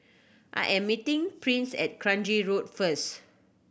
I am meeting Price at Kranji Road first